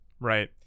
right